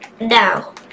Now